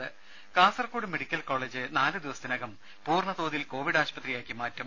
ദേദ Kasaragod medical college നാല് ദിവസത്തിനകം പൂർണ്ണതോതിൽ കോവിഡ് ആശുപത്രിയാക്കി മാറ്റും